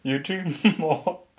you drink more